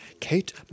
Kate